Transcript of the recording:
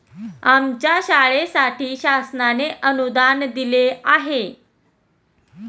आमच्या शाळेसाठी शासनाने अनुदान दिले आहे